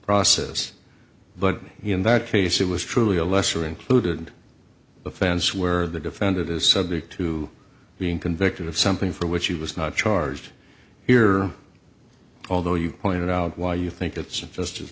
process but in that case it was truly a lesser included offense where the defendant is subject to being convicted of something for which he was not charged here although you pointed out why you think it's just as